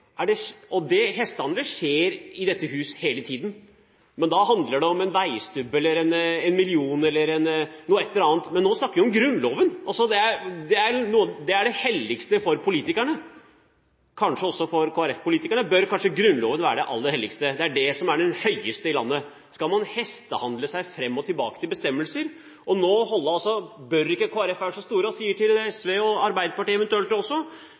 så å få noe tilbake. Hestehandler skjer i dette huset hele tiden, men da handler det om en veistubb, én million kroner eller et eller annet annet. Men nå snakker vi om Grunnloven. Det er det helligste for politikerne. Kanskje bør Grunnloven også være det aller helligste for Kristelig Folkeparti-politikerne. Den er det som står høyest i landet. Skal man hestehandle seg fram og tilbake til bestemmelser? Bør ikke Kristelig Folkeparti være så store og si til SV, og eventuelt også